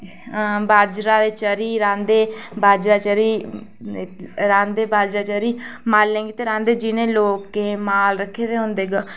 हां बाजरा चेरी रांह्दे बाजरा चेरी रांह्दे बाजरा चेरी मालें गितै लांदे जि'नें माल रक्खे दे होंदे